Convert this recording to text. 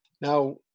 Now